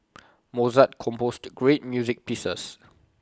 Mozart composed great music pieces